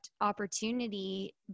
opportunity